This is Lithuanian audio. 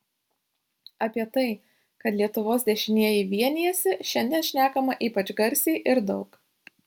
apie tai kad lietuvos dešinieji vienijasi šiandien šnekama ypač garsiai ir daug